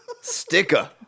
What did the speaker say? sticker